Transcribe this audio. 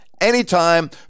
anytime